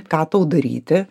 ką tau daryti